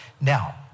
Now